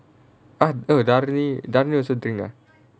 ah err dani dani also drink ah